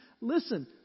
Listen